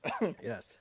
Yes